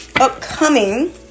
upcoming